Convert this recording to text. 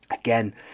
Again